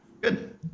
Good